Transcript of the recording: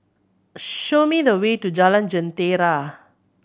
show me the way to Jalan Jentera